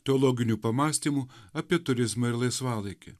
teologinių pamąstymų apie turizmą ir laisvalaikį